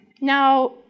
Now